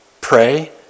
pray